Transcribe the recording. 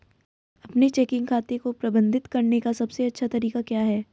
अपने चेकिंग खाते को प्रबंधित करने का सबसे अच्छा तरीका क्या है?